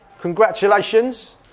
congratulations